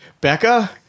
Becca